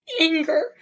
anger